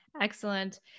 Excellent